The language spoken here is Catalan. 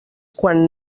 quan